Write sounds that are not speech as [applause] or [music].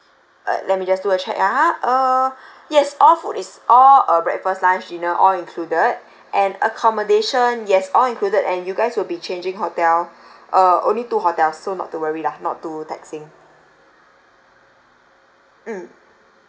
uh let me just do a check ah uh [breath] yes all food is all uh breakfast lunch dinner all included [breath] and accommodation yes all included and you guys will be changing hotel [breath] uh only two hotels so not to worry lah not too taxing mm